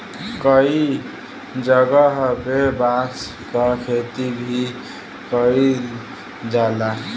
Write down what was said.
कई जगह पे बांस क खेती भी कईल जाला